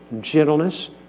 gentleness